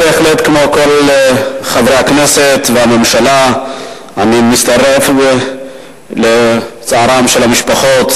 בהחלט כמו כל חברי הכנסת והממשלה אני מצטרף לצערן של המשפחות,